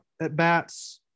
at-bats –